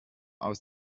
aus